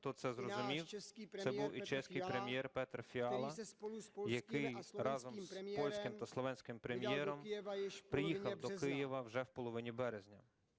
хто це зрозумів, це був і чеський Прем'єр Петр Фіала, який разом з польським та словенським прем'єром приїхав до Києва вже в половині березня.